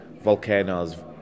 volcanoes